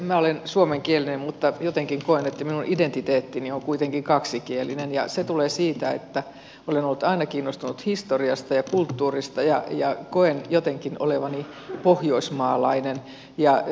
minä olen suomenkielinen mutta jotenkin koen että minun identiteettini on kuitenkin kaksikielinen ja se tulee siitä että olen ollut aina kiinnostunut historiasta ja kulttuurista ja koen jotenkin olevani pohjoismaalainen